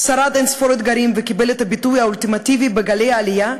שרד אין-ספור אתגרים וקיבל את הביטוי האולטימטיבי בגלי העלייה,